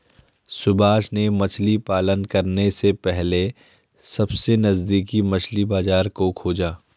सुभाष ने मछली पालन करने से पहले सबसे नजदीकी मछली बाजार को खोजा